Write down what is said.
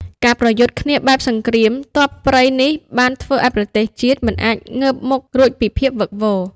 ការប្រយុទ្ធគ្នាបែបសង្គ្រាមទ័ពព្រៃនេះបានធ្វើឱ្យប្រទេសជាតិមិនអាចងើបមុខរួចពីភាពវឹកវរ។